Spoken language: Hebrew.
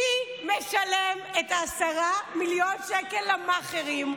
מי משלם 10 מיליון השקלים למאכערים?